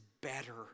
better